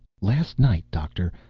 last night, doctor,